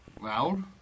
Loud